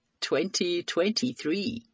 2023